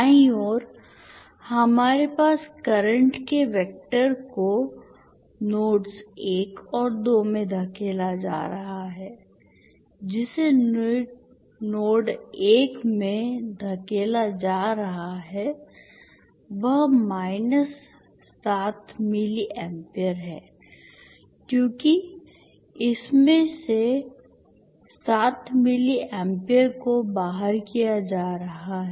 दाईं ओर हमारे पास करंट के वेक्टर को नोड्स 1 और 2 में धकेला जा रहा है जिसे नोड 1 में धकेला जा रहा है वह माइनस 7 मिली एम्पीयर है क्योंकि इसमें से 7 मिली एम्पीयर को बाहर किया जा रहा है